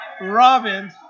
Robin